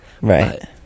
Right